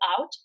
out